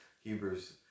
Hebrews